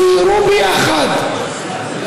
סיירו ביחד,